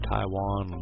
Taiwan